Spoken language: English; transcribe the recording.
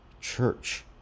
Church